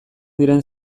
diren